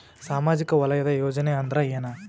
ಸಾಮಾಜಿಕ ವಲಯದ ಯೋಜನೆ ಅಂದ್ರ ಏನ?